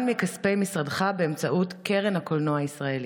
מכספי משרדך באמצעות קרן הקולנוע הישראלי.